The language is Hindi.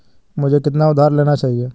मुझे कितना उधार लेना चाहिए?